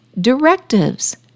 directives